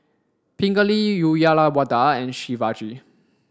Pingali Uyyalawada and Shivaji